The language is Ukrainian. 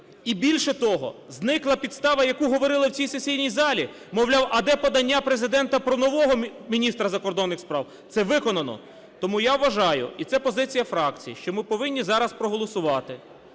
І, більше того, зникла підстава, яку говорили в цій сесійній залі, мовляв, а де подання Президента про нового міністра закордонних справ. Це виконано. Тому я вважаю, і це позиція фракції, що ми повинні зараз проголосувати